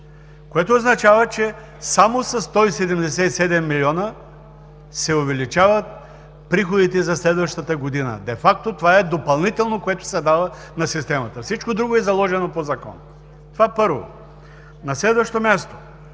което означава, че само със 177 милиона се увеличават приходите за следващата година. Де факто това е допълнителното, което се дава на системата. Всичко друго е заложено по закон – това, първо. На следващо място